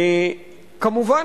כמובן,